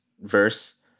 verse